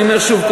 אני אומר שוב,